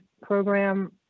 program